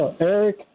Eric